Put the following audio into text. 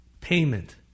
payment